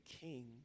king